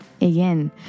Again